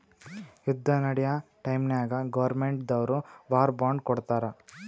ಯುದ್ದ ನಡ್ಯಾ ಟೈಮ್ನಾಗ್ ಗೌರ್ಮೆಂಟ್ ದವ್ರು ವಾರ್ ಬಾಂಡ್ ಕೊಡ್ತಾರ್